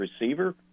receiver